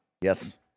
Yes